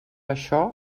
això